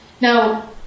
Now